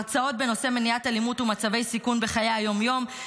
הרצאות בנושא מניעת אלימות ומצבי סיכון בחיי היום-יום,